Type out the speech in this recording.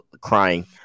crying